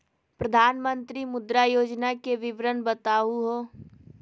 प्रधानमंत्री मुद्रा योजना के विवरण बताहु हो?